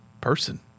person